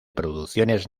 producciones